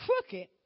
crooked